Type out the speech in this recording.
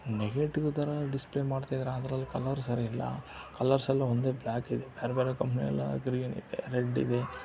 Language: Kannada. ನೆಗೆಟಿವ್ ಥರ ಡಿಸ್ಪ್ಲೇ ಮಾಡ್ತಿದಾರೆ ಅದ್ರಲ್ಲಿ ಕಲರ್ ಸರಿ ಇಲ್ಲ ಕಲರ್ಸೆಲ್ಲ ಒಂದೇ ಬ್ಲ್ಯಾಕ್ ಇದೆ ಬ್ಯಾರೆ ಬೇರೆ ಕಂಪ್ನಿಲೆಲ್ಲ ಗ್ರೀನ್ ಇದೆ ರೆಡ್ ಇದೆ